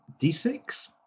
D6